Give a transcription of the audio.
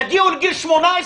יגיעו לגיל 18,